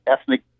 ethnic